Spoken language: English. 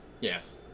Yes